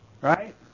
Right